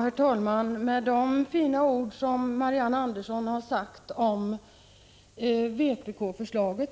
Herr talman! Efter de fina ord som Marianne Andersson har sagt om